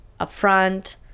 upfront